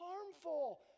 harmful